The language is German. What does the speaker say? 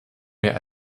mehr